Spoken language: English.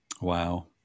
Wow